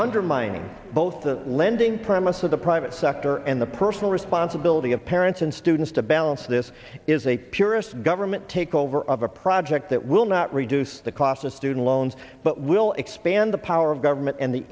undermining both the lending promise of the private sector and the personal responsibility of parents and students to balance this is a purist government takeover of a project that will not reduce the cost of student loans but will expand the power of government and the